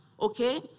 okay